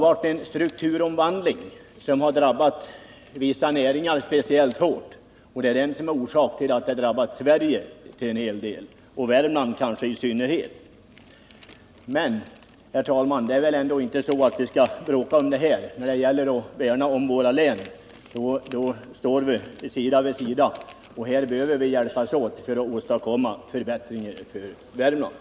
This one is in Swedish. Detta har drabbat vissa näringar speciellt hårt, och det är det som närmast är orsak till att en hel del av Sverige har drabbats och Värmland i synnerhet. Men, herr talman, vi skall väl inte bråka om det här, utan när det gäller att värna om vårt län skall vi stå sida vid sida. Vi behöver hjälpas åt här för att kunna åstadkomma förbättringar för Värmland!